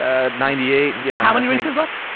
ah ninety eight, yeah. how many races left?